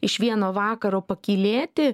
iš vieno vakaro pakylėti